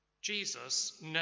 Jesus